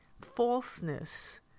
falseness